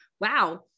Wow